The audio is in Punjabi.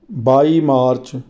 by March